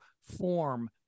form